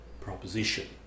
proposition